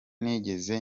nigeze